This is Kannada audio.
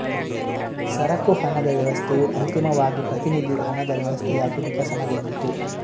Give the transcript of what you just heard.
ಸರಕು ಹಣದ ವ್ಯವಸ್ಥೆಯು ಅಂತಿಮವಾಗಿ ಪ್ರತಿನಿಧಿ ಹಣದ ವ್ಯವಸ್ಥೆಯಾಗಿ ವಿಕಸನಗೊಂಡಿತು